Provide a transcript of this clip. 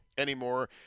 anymore